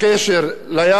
ולפי דעתי,